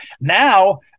Now